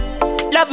Love